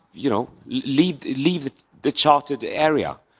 you know. leave leave the the chartered ah area.